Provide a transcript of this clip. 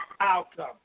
outcome